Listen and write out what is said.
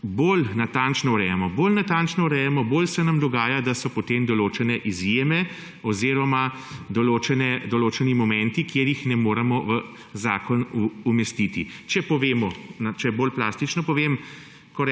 bolj natančno urejamo, bolj se nam dogaja, da so potem določene izjeme oziroma določeni momenti, ki jih ne moremo umestiti v zakon. Če bolj plastično povem,